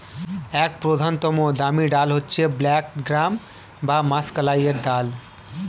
এক প্রধানতম দামি ডাল হচ্ছে ব্ল্যাক গ্রাম বা মাষকলাইয়ের ডাল